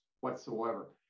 whatsoever